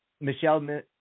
Michelle